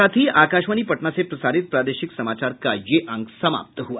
इसके साथ ही आकाशवाणी पटना से प्रसारित प्रादेशिक समाचार का ये अंक समाप्त हुआ